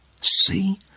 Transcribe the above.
See